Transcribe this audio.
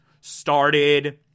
started